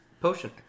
Potion